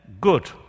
good